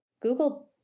Google